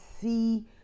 see